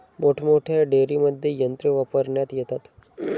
मोठमोठ्या डेअरींमध्ये यंत्रे वापरण्यात येतात